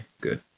good